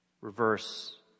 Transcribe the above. reverse